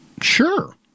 Sure